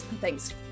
Thanks